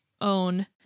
own